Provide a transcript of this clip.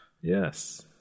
Yes